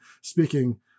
speaking